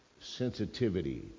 sensitivity